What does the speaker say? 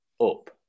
up